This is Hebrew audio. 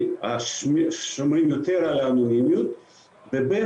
שומרים יותר על האנונימיות; ב',